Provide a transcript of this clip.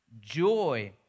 joy